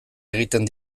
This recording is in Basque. egiten